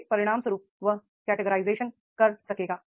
जिसके परिणामस्वरूप वह कर सकेगा